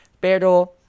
pero